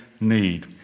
need